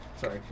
Sorry